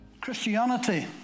Christianity